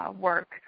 work